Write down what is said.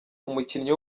umukinnyi